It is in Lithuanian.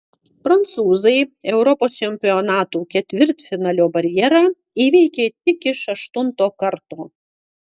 prancūzai europos čempionatų ketvirtfinalio barjerą įveikė tik iš aštunto karto